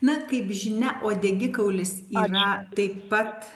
na kaip žinia uodegikaulis yra taip pat